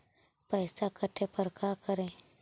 पैसा काटे पर का करि?